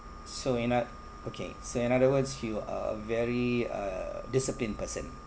so in a okay so in other words you are a very uh disciplined person